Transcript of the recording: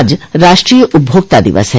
आज राष्ट्रीय उपभोक्ता दिवस है